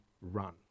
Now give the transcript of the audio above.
run